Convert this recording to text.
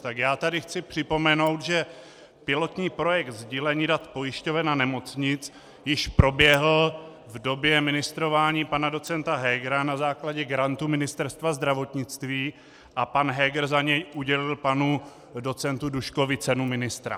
Tak já tady chci připomenout, že pilotní projekt sdílení dat pojišťoven a nemocnic již proběhl v době ministrování pana docenta Hegera na základě grantů Ministerstva zdravotnictví a pan Heger za něj udělil panu docentu Duškovi cenu ministra.